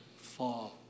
fall